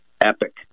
Epic